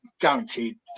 guaranteed